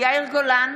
יאיר גולן,